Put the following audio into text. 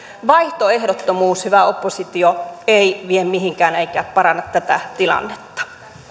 vaihtoehdottomuus hyvä oppositio ei vie mihinkään eikä paranna tätä tilannetta